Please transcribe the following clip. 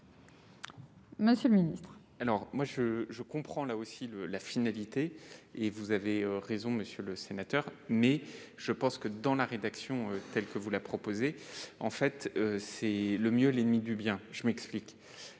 monsieur le ministre